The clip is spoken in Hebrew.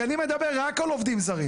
כי אני מדבר רק על עובדים זרים.